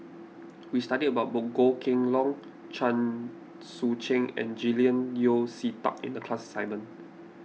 we studied about Goh Kheng Long Chen Sucheng and Julian Yeo See Teck in the class assignment